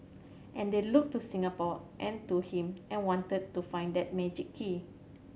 and they looked to Singapore and to him and wanted to find that magic key